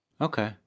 Okay